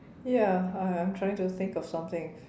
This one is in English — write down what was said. ya I I I'm trying to think of something